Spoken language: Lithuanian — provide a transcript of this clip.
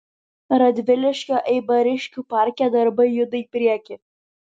radviliškio eibariškių parke darbai juda į priekį